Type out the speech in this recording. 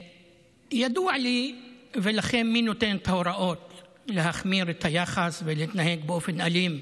ידוע לי ולכם מי נותן את ההוראות להחמיר את היחס ולהתנהג באופן אלים,